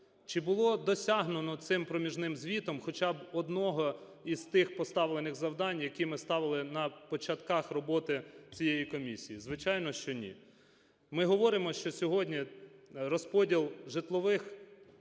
Чи було досягнуто цим проміжним звітом хоча б одного із тих поставлених завдань, які ми ставили на початках роботи цієї комісії? Звичайно, що ні. Ми говоримо, що сьогодні розподіл житлових